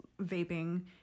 vaping